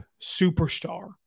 superstar